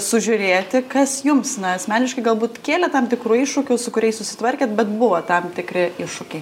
sužiūrėti kas jums asmeniškai galbūt kėlė tam tikrų iššūkių su kuriais susitvarkėt bet buvo tam tikri iššūkiai